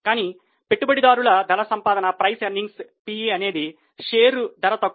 కానీ కొత్త పెట్టుబడిదారులకు ధర సంపాదన తక్కువ